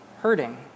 hurting